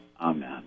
Amen